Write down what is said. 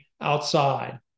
outside